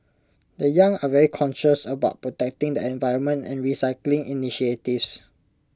the young are very conscious about protecting the environment and recycling initiatives